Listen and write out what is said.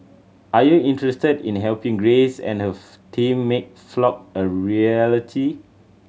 are you interested in helping Grace and her team make Flock a reality